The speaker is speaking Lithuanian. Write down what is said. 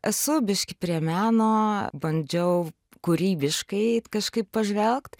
esu biškį prie meno bandžiau kūrybiškai kažkaip pažvelgt